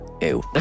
ew